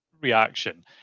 reaction